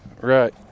Right